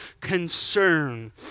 concern